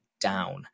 down